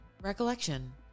recollection